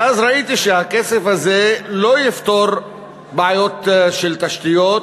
ואז ראיתי שהכסף הזה לא יפתור בעיות של תשתיות,